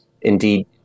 Indeed